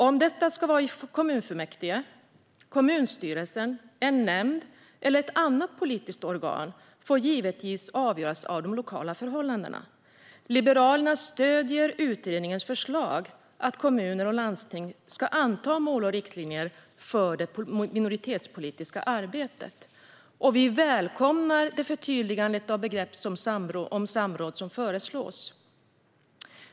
Om detta ska ske i kommunfullmäktige, kommunstyrelsen, en nämnd eller ett annat politiskt organ får givetvis avgöras av lokala förhållanden. Liberalerna stöder utredningens förslag att kommuner och landsting ska anta mål och riktlinjer för sitt minoritetspolitiska arbete. Vi välkomnar det förtydligande av begreppet samråd som föreslås.